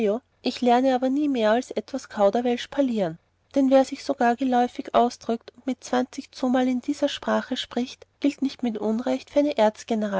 ohio lerne aber nie mehr als etwas kauderwelsch parlieren denn wer sich so gar geläufig ausdrückt und mit zwanzig zumal in dieser sprache spricht gilt nicht mit unrecht für eine